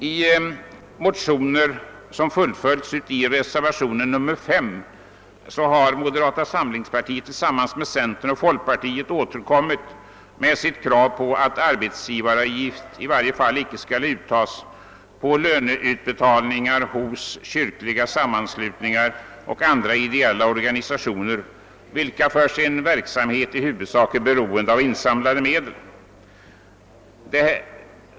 I motioner som fullföljts i reservationen 5 har moderata samlingspartiet tillsammans med centern och folkpartiet återkommit med kravet på att arbetsgivaravgift inte skall uttagas på löneutbetalningar hos kyrkliga sammanslutningar och andra ideella organisationer, vilka för sin verksamhet i huvudsak är beroende av insamlade medel.